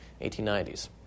1890s